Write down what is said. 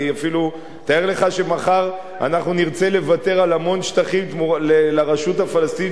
תאר לך שמחר אנחנו נרצה לוותר על המון שטחים לרשות הפלסטינית,